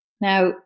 Now